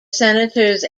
senators